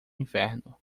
inferno